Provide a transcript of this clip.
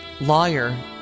lawyer